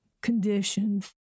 conditions